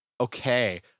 okay